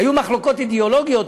היו מחלוקות אידיאולוגיות,